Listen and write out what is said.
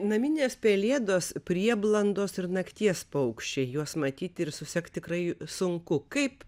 naminės pelėdos prieblandos ir nakties paukščiai juos matyti ir susekt tikrai sunku kaip